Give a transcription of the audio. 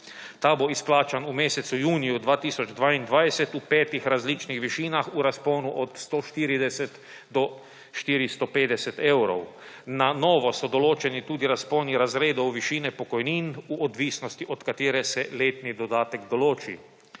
Ta bo izplačan v mesecu juniju 2022 v petih različnih višinah v razponu od 140 do 450 evrov. Na novo so določeni tudi razponi razredov višine pokojnin, v odvisnosti od katerih se letni dodatek določi.